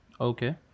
Okay